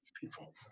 people